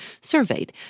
surveyed